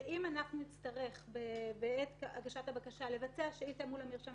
ואם אנחנו נצטרך בעת הגשת הבקשה לבצע שאילתה מול המרשם